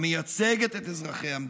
המייצגת את אזרחי המדינה.